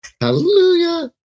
Hallelujah